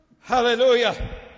hallelujah